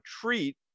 treat